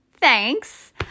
thanks